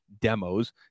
demos